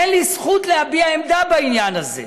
אין לי זכות להביע עמדה בעניין הזה.